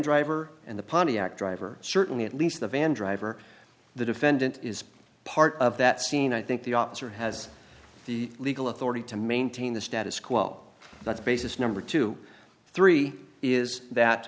driver and the pontiac driver certainly at least the van driver the defendant is part of that scene i think the officer has the legal authority to maintain the status quo that's basis number two three is